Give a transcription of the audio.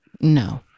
No